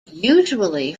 usually